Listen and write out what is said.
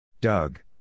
Doug